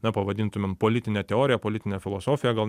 na pavadintumėm politine teorija politine filosofija gal